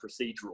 procedural